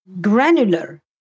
granular